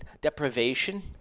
deprivation